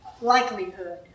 likelihood